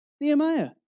Nehemiah